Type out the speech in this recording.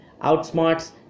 outsmarts